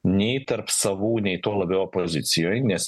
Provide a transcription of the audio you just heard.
nei tarp savų nei tuo labiau opozicijoj nes